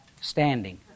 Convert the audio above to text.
standing